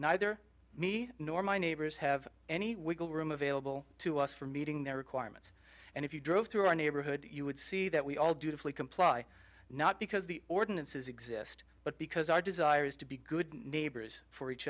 neither me nor my neighbors have any wiggle room available to us for meeting their requirements and if you drove through our neighborhood you would see that we all do to fully comply not because the ordinances exist but because our desire is to be good neighbors for each